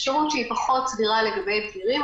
אפשרות שהיא פחות סבירה לגבי בגירים,